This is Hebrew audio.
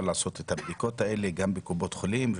לעשות את הבדיקות האלו בקופות החולים.